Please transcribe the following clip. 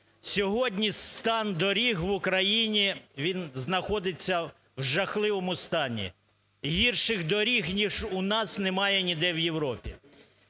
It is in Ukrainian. Сьогодні стан доріг в Україні, він знаходиться в жахливому стані. Гірших доріг ніж у нас немає ніде в Європі.